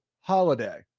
holiday